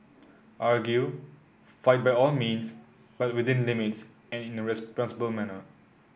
argue fight by all means but within limits and in a responsible manner